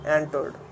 Entered